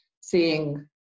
seeing